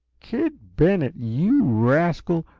kid bennett, you rascal,